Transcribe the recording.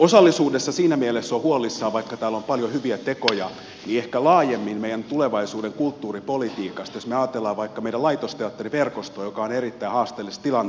osallisuudesta tietyssä mielessä olen huolissani vaikka täällä on paljon hyviä tekoja ehkä laajemmin meidän tulevaisuuden kulttuuripolitiikasta jos me ajattelemme vaikka meidän laitosteatteriverkostoamme joka on erittäin haasteellisessa tilanteessa